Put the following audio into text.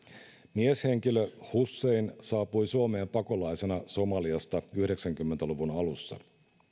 mieshenkilö hussein saapui suomeen pakolaisena somaliasta yhdeksänkymmentä luvun alussa